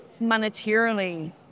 monetarily